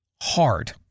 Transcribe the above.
hard